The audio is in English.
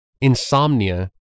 Insomnia